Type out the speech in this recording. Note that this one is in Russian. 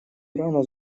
ирана